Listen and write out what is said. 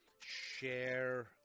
share